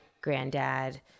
granddad